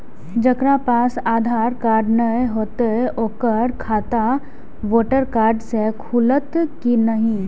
जकरा पास आधार कार्ड नहीं हेते ओकर खाता वोटर कार्ड से खुलत कि नहीं?